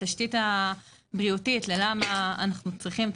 התשתית הבריאותית למה אנחנו צריכים את